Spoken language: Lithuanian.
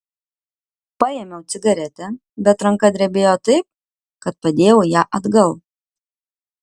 paėmiau cigaretę bet ranka drebėjo taip kad padėjau ją atgal